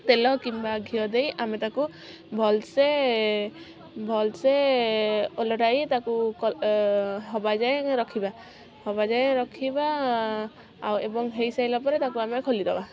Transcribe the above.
ତେଲ କିମ୍ବା ଘିଅ ଦେଇ ଆମେ ତାକୁ ଭଲସେ ଭଲସେ ଓଲଟାଇ ତାକୁ ହେବାଯାଏଁ ରଖିବା ହେବାଯାଏଁ ରଖିବା ଆଉ ଏବଂ ହେଇସାରିଲା ପରେ ତାକୁ ଆମେ ଖୋଲିଦେବା